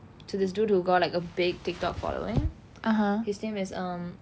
to this dude who got like a big Tik Tok following his name is um